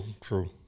true